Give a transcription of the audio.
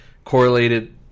correlated